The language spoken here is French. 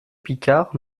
picard